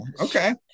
okay